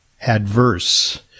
adverse